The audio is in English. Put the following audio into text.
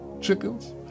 chickens